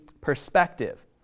perspective